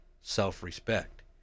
self-respect